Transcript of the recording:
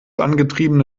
angetriebene